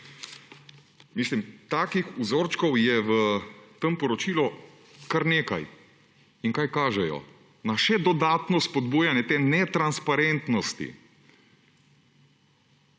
Takih vzorčkov je v tem poročilu kar nekaj. In na kaj kažejo? Na še dodatno spodbujanje te netransparentnosti.